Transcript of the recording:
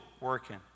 working